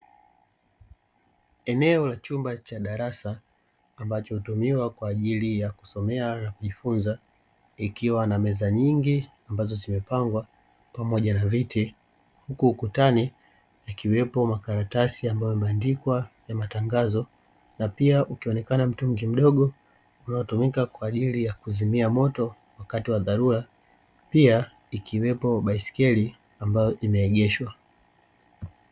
Eneo la chumba cha darasa ambacho hutumiwa kwa ajili ya kusomea na jifunza ikiwa na meza nyingi ambazo zimepangwa pamoja na viti, huku ukutani ikiwepo makaratasi ambayo yameandikwa na matangazo na pia ukionekana mtungi mdogo unaotumika kwa ajili ya kuzimia moto wakati wa dharura pia ikiwepo baiskeli ambayo imeegeshwa.